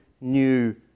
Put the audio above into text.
new